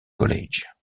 college